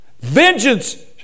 vengeance